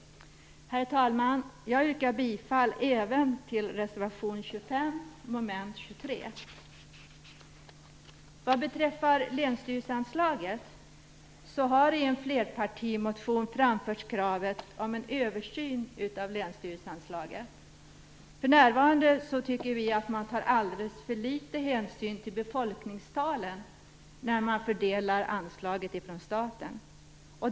Herr talman! Jag yrkar bifall även till reservation I en flerpartimotion har kravet på en översyn av länsstyrelseanslaget framförts. För närvarande tycker vi att man tar alldeles för litet hänsyn till befolkningstalen när man fördelar anslaget från staten.